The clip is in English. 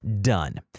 done